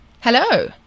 Hello